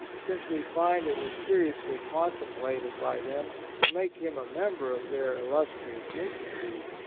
since we find it was se riously contemplated by them to make him a member of their illus trious institute.